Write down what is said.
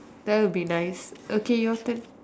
that would be nice okay your turn